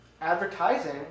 advertising